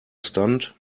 stunt